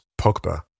Pogba